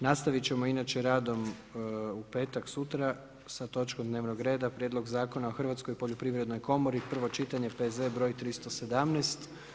Nastavit ćemo inače radom u petak, sutra sa točkom dnevnog reda Prijedlog zakona o hrvatskoj poljoprivrednoj komori, prvo čitanje P.Z. broj 317.